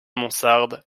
mansarde